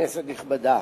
כנסת נכבדה,